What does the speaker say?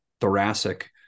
thoracic